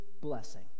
blessing